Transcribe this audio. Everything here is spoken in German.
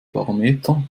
barometer